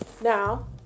Now